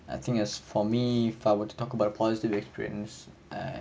I think as for me if I were to talk about the positive experience ah